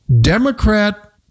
Democrat